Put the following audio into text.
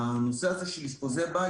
הנושא הזה של ביקורי בית,